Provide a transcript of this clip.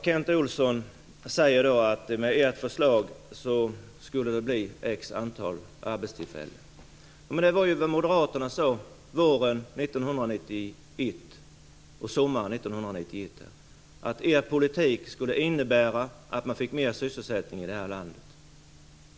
Kent Olsson säger att det med moderaternas förslag skulle bli x antal arbetstillfällen. Vad moderaterna sade under våren och sommaren 1991 var att deras politik skulle innebära att man fick mer sysselsättning i landet.